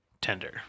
tender